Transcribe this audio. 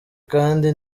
kandi